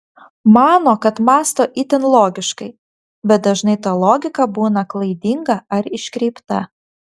mano kad mąsto itin logiškai bet dažnai ta logika būna klaidinga ar iškreipta